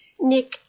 Nick